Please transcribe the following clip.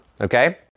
okay